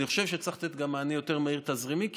אני חושב שצריך לתת מענה תזרימי יותר מהיר,